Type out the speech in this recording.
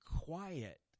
quiet